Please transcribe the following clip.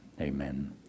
Amen